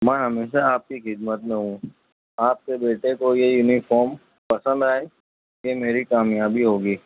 میں ہمیشہ آپ کی خدمت میں ہوں آپ کے بیٹے کو یہ یونیفارم پسند آئے یہ میری کامیابی ہوگی